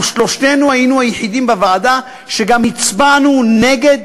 שלושתנו היינו היחידים בוועדה שגם הצבענו נגד